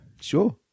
sure